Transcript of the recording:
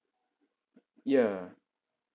ya